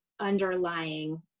underlying